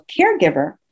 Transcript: caregiver